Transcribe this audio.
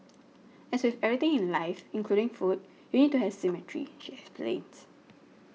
as with everything in life including food you need to have symmetry she explains